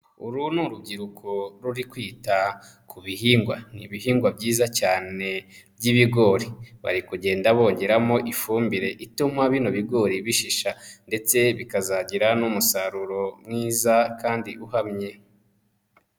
Uru ni urubyiruko ruri kwita ku bihingwa, ni ibihingwa byiza cyane by'ibigori, bari kugenda bongeramo ifumbire ituma bino bigori bishisha ndetse bikazagira n'umusaruro mwiza kandi uhamye.